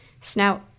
Snout